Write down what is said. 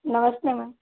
नमस्ते मैम